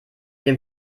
dem